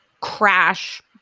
crash